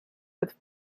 with